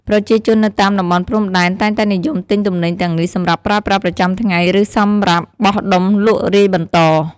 ប្រជាជននៅតាមតំបន់ព្រំដែនតែងតែនិយមទិញទំនិញទាំងនេះសម្រាប់ប្រើប្រាស់ប្រចាំថ្ងៃ ឬសម្រាប់បោះដុំលក់រាយបន្ត។